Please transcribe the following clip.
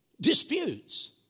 disputes